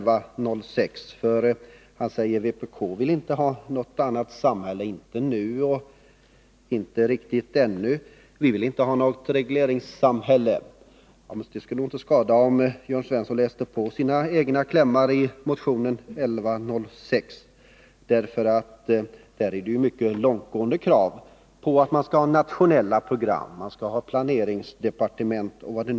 Han säger att vpk inte — åtminstone inte riktigt än — vill ha något annat samhälle eller något regleringssamhälle. Det skulle nog inte skada om Jörn Svensson läste på ”klämmarna” i motion 1106. Där återfinns nämligen mycket långtgående krav på nationella program, planeringsdepartement m.m.